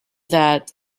that